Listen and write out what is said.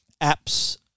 apps